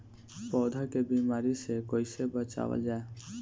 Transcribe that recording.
पौधा के बीमारी से कइसे बचावल जा?